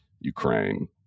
Ukraine